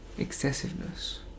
Excessiveness